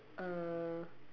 uh